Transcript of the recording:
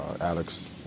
Alex